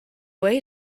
way